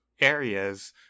areas